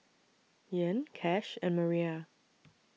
Ean Cash and Maria